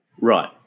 Right